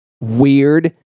weird